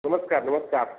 नमस्कार नमस्कार